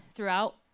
Throughout